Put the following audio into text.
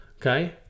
Okay